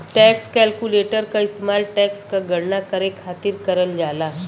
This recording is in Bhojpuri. टैक्स कैलकुलेटर क इस्तेमाल टैक्स क गणना करे खातिर करल जाला